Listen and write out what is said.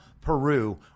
Peru